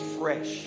fresh